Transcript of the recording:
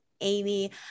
Amy